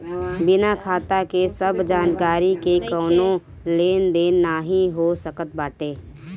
बिना खाता के सब जानकरी के कवनो लेन देन नाइ हो सकत बाटे